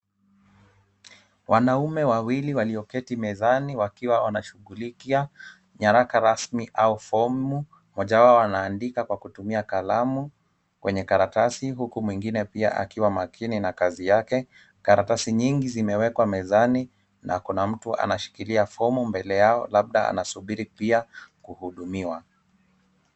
Wanaume wawili walioketi mezani wakiwa wanashughulikia nyaraka rasmi au fomu. Mmoja wao anaandika kwa kutumia kalamu kwenye karatasi huku mwingine pia akiwa makini na kazi yake. Karatasi nyingi zimewekwa mezani na kuna mtu anashikilia fomu mbele yao labda anasubiri pia kuhudumiwa.